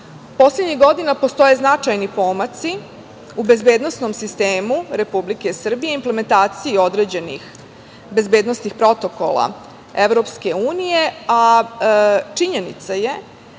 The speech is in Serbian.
Poslednjih godina postoje značajni pomaci u bezbednosnom sistemu Republike Srbije, implementaciji određenih bezbednosnih protokola EU, a činjenica je